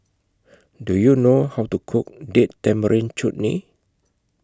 Do YOU know How to Cook Date Tamarind Chutney